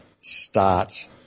start